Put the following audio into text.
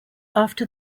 after